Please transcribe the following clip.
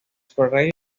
ferreira